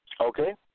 Okay